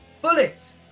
Bullet